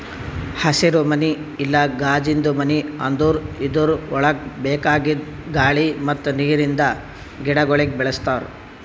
ಹಸಿರುಮನಿ ಇಲ್ಲಾ ಕಾಜಿಂದು ಮನಿ ಅಂದುರ್ ಇದುರ್ ಒಳಗ್ ಬೇಕಾಗಿದ್ ಗಾಳಿ ಮತ್ತ್ ನೀರಿಂದ ಗಿಡಗೊಳಿಗ್ ಬೆಳಿಸ್ತಾರ್